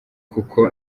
kuko